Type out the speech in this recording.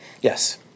Yes